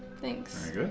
Thanks